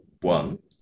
one